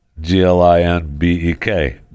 G-L-I-N-B-E-K